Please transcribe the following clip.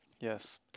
yes